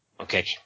Okay